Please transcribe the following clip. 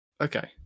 Okay